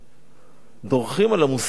דורכים על המושג שנקרא לימוד תורה.